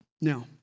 Now